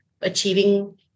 achieving